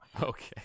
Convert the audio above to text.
okay